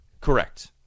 correct